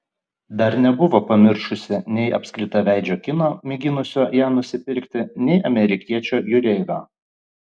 dar nebuvo pamiršusi nei apskritaveidžio kino mėginusio ją nusipirkti nei amerikiečio jūreivio